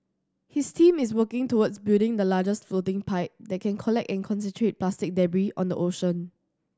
his team is working towards building the largest floating pipe that can collect and concentrate plastic debris on the ocean